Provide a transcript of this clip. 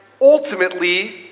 ultimately